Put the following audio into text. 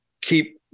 keep